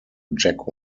jack